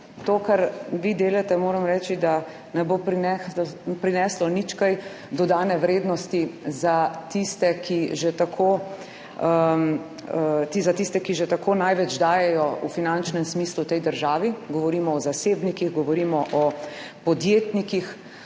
Kar vi delate v zakonu, moram reči, da ne bo prineslo nič kaj dodane vrednosti za tiste, ki že tako največ dajejo v finančnem smislu tej državi, govorimo o zasebnikih, govorimo o podjetnikih,